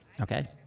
Okay